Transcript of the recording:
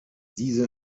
diese